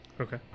Okay